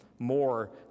more